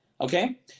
okay